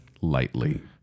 lightly